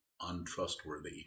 untrustworthy